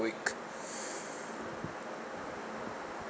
week